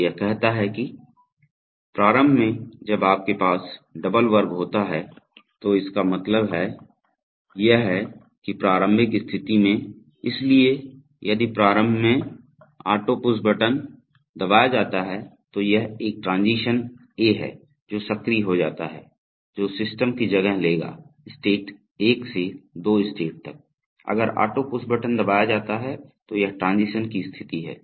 तो यह कहता है कि प्रारंभ में जब आपके पास डबल वर्ग होता है तो इसका मतलब है यह है की प्रारंभिक स्थिति है इसलिए यदि प्रारंभ में ऑटो पुश बटन दबाया जाता है तो यह एक ट्रांजीशन ए है जो सक्रिय हो जाता है जो सिस्टम कि जगह लेगा स्टेट 1 से 2 स्टेट तक अगर ऑटो पुश बटन दबाया जाता है तो यह ट्रांजीशन की स्थिति है